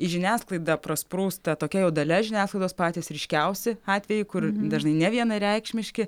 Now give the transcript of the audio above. į žiniasklaidą prasprūsta tokia jau dalia žiniasklaidos patys ryškiausi atvejai kur dažnai nevienareikšmiški